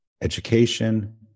education